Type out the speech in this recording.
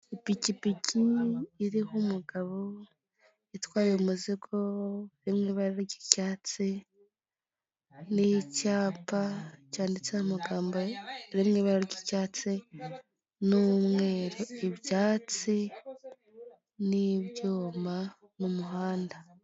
Ipikipiki iriho umugabo itwaye umuzigo uri mu ibara ry'icyatsi, n'icyapa cyanditseho amagambo ari mu ibara ry'icyatsi n'umweru, ibyatsi n'ibyuma mumuhanda.